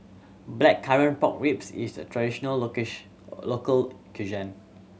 Blackcurrant Pork Ribs is a traditional local cuisine